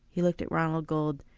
he looked at ronald gold,